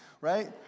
right